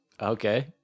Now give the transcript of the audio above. Okay